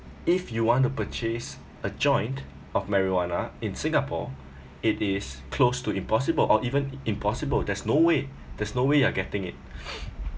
if you want to purchase a joint of marijuana in singapore it is close to impossible or even im~ impossible there's no way there's no way you are getting it